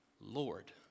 Lord